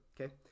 okay